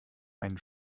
einen